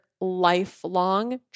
lifelong